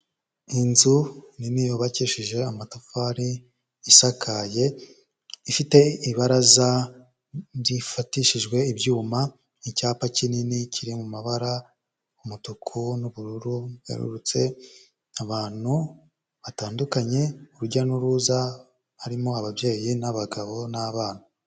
Inzu nini yubakishijeje amatafari isakaye, ifite ibaraza rifatishijwe ibyuma n'icyapa kinini kiri mu mabara umutuku n'ubururu rizengurutse. Abantu batandukanye urujya n'uruza harimo ababyeyi n'abagabo n'abana.